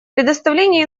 предоставление